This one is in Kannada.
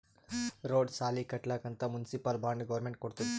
ರೋಡ್, ಸಾಲಿ ಕಟ್ಲಕ್ ಅಂತ್ ಮುನ್ಸಿಪಲ್ ಬಾಂಡ್ ಗೌರ್ಮೆಂಟ್ ಕೊಡ್ತುದ್